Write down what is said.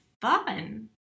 fun